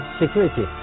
security